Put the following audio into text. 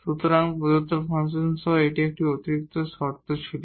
সুতরাং প্রদত্ত ফাংশন সহ একটি অতিরিক্ত শর্ত ছিল